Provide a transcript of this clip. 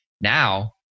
Now